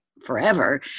forever